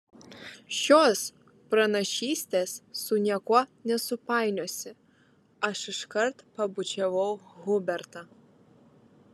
šios pranašystės su niekuo nesupainiosi aš iškart pabučiavau hubertą